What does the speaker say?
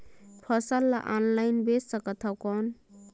फसल ला ऑनलाइन बेचे सकथव कौन?